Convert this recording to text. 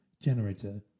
generator